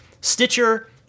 Stitcher